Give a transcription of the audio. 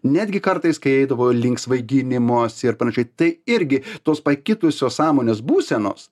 netgi kartais kai eidavo link svaiginimosi ir panašiai tai irgi tos pakitusios sąmonės būsenos